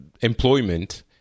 employment